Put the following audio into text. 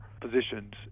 positions